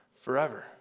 forever